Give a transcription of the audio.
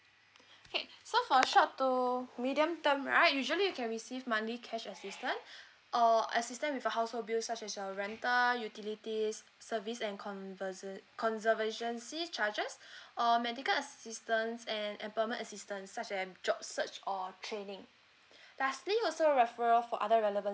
okay so for short to medium term right usually you can receive monthly cash assistant or assistant with a household bill such as a rental utilities service and conversant conservationcy charges or medical assistance and employment assistance such as job search or training lastly also referral for other relevant